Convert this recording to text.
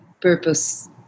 purpose